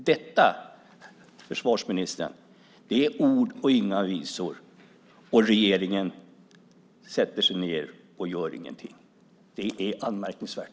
Detta, försvarsministern, är ord och inga visor. Och regeringen sätter sig ned och gör ingenting. Det är anmärkningsvärt.